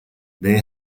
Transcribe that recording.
they